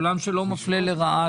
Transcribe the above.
עולם שלא מופלה לרעה,